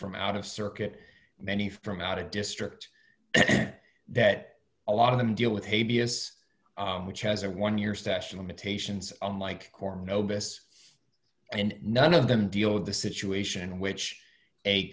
from out of circuit many from out of district that a lot of them deal with a b s which has a one year session limitations unlike core nobis and none of them deal with the situation in which a